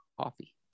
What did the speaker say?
Coffee